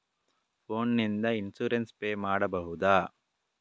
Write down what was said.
Phone ನಿಂದ insurance pay ಮಾಡಬಹುದ?